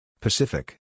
Pacific